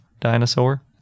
dinosaur